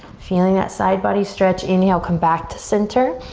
feeling that side body stretch, inhale come back to center,